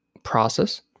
process